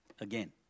again